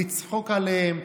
לצחוק עליהם,